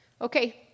Okay